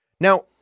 Now